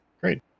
great